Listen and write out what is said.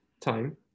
time